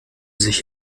sich